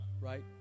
right